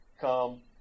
come